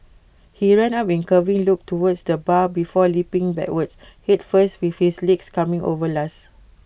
he ran up in curving loop towards the bar before leaping backwards Head first with his legs coming over last